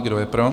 Kdo je pro?